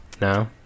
No